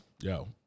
yo